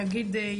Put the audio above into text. נגיד,